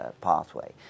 pathway